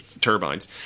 turbines